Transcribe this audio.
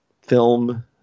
film